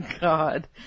God